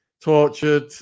tortured